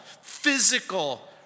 physical